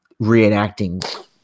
reenacting